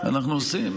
אנחנו עושים.